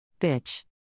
Bitch